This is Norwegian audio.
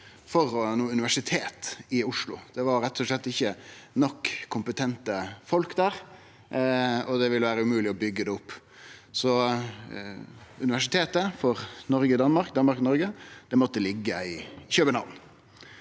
for noko universitet i Oslo. Det var rett og slett ikkje nok kompetente folk der, og det ville vere umogleg å bygge det opp. Universitetet for Danmark-Noreg måtte ligge i København.